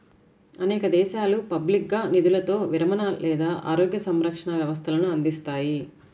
అనేక దేశాలు పబ్లిక్గా నిధులతో విరమణ లేదా ఆరోగ్య సంరక్షణ వ్యవస్థలను అందిస్తాయి